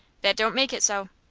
that don't make it so.